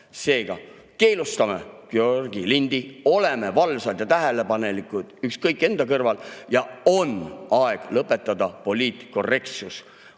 Seega, keelustame Georgi lindi, oleme valvsad ja tähelepanelikud, ükskõik, [kes on] kõrval, ja on aeg lõpetada poliitkorrektsus.